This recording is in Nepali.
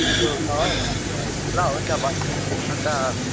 यस्तो छ ल हुन्छ भयो अन्त